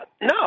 no